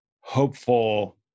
hopeful